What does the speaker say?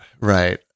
right